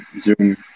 Zoom